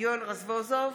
יואל רזבוזוב,